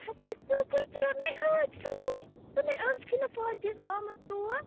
ہے تمٔۍ حظ ترٛٲو مےٚ ٲٹۍ بوٗہٕرۍ ژٕ نےَ ٲسکھٕے نہٕ فاطے ہَس آمٕژ تور